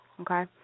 okay